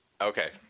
Okay